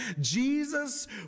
Jesus